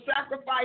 sacrifice